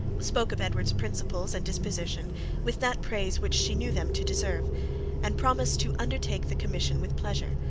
spoke of edward's principles and disposition with that praise which she knew them to deserve and promised to undertake the commission with pleasure,